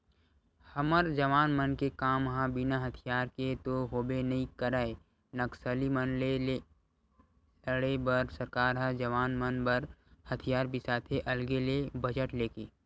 हमर जवान मन के काम ह बिना हथियार के तो होबे नइ करय नक्सली मन ले लड़े बर सरकार ह जवान मन बर हथियार बिसाथे अलगे ले बजट लेके